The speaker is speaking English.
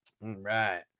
right